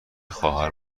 خواهر